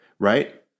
Right